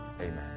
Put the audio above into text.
Amen